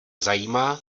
zajímá